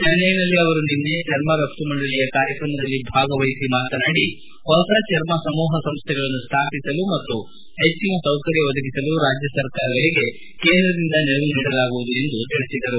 ಚೆನ್ನೈನಲ್ಲಿ ಅವರು ನಿನ್ನೆ ಚರ್ಮ ರಫ್ತು ಮಂಡಳಿಯ ಕಾರ್ಯಕ್ರಮದಲ್ಲಿ ಭಾಗವಹಿಸಿ ಮಾತನಾಡಿ ಹೊಸ ಚರ್ಮ ಸಮೂಹ ಸಂಸ್ಥೆಗಳನ್ನು ಸ್ಟಾಪಿಸಲು ಮತ್ತು ಹೆಚ್ಚಿನ ಸೌಕರ್ಯ ಒದಗಿಸಲು ರಾಜ್ಯ ಸರ್ಕಾರಗಳಿಗೆ ನೆರವು ನೀಡಲಾಗುವುದು ಎಂದು ಹೇಳಿದರು